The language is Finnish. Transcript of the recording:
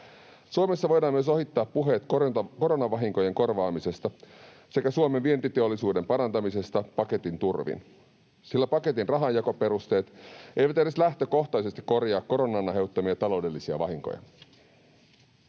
Suomessa voidaan myös ohittaa puheet koronavahinkojen korvaamisesta sekä Suomen vientiteollisuuden parantamisesta paketin turvin, sillä paketin rahanjakoperusteet eivät edes lähtökohtaisesti korjaa koronan aiheuttamia taloudellisia vahinkoja.